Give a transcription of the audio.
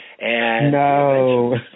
No